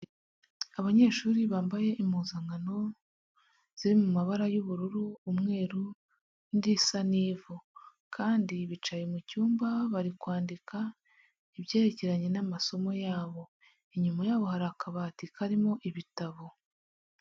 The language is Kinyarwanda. Abanyeshuri bambaye impuzankano ziri mu mabara y'ubururu, umweru n'irisa n'ivu kandi bicaye mu cyumba bari kwandika ibyerekeranye n'amasomo yabo, inyuma yabo hari akabati karimo ibitabo.